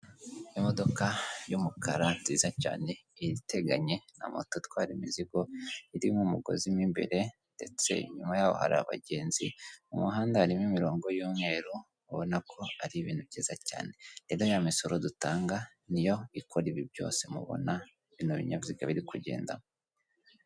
Imodoka y'umukara nziza cyane iteganye na mota itwara imizigo irimo umugozi mo imbere ndetse nyuma yaho hari abagenzi, mu muhanda harimo imirongo y'umweru, ubona ko ari ibintu byiza cyane. Rero ya misoro dutanga niyo ikora ibi byose mubona bino binyaziga biri kugendamo.